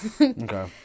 Okay